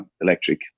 electric